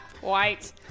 White